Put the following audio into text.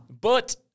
But-